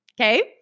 Okay